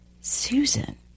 Susan